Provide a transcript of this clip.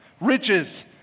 riches